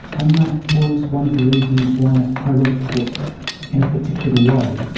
and that was one of the reasons why i wrote the book in a particular way.